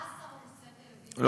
14 ערוצי טלוויזיה, אדוני השר.